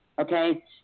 okay